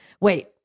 wait